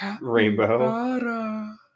rainbow